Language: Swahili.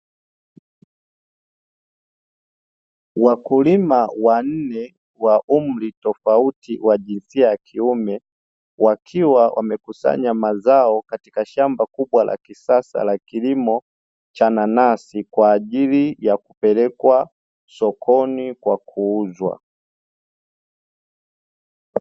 Wakulima wanne wa umri tofauti wa jinsia ya kiume, wakiwa wamekusanya mazao katika shamba kubwa la kisasa la kilimo, cha nanasi kwa ajili ya kupelekwa sokoni kwa kuuzwa.